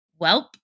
Welp